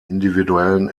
individuellen